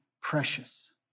precious